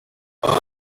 aho